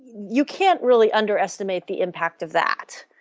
you can't really underestimate the impact of that.